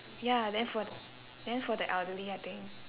ya then for th~ then for the elderly I think